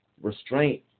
restraint